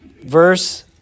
Verse